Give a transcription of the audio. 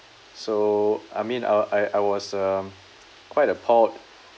so I mean uh I I was um quite appalled